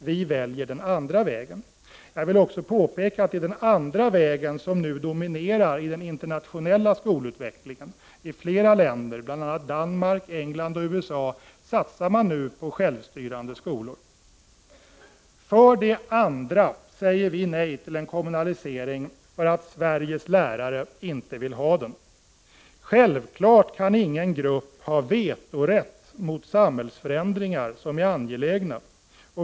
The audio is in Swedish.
Vi väljer den andra vägen. Jag vill också påpeka att det är den andra vägen som nu dominerar i den internationella skolutvecklingen. I flera länder, bl.a. Danmark, England och USA, satsar man nu på självstyrande skolor. För det andra säger vi nej till en kommunalisering för att Sveriges lärare inte vill ha den. Självfallet kan ingen grupp ha vetorätt mot samhällsförändringar som är angelägna.